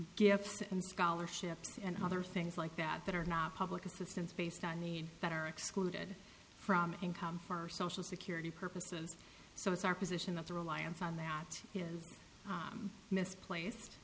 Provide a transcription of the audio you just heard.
him scholarships and other things like that that are not public assistance based on need that are excluded from income for social security purposes so it's our position that the reliance on that is misplaced